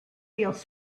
feels